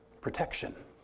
protection